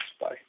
Bye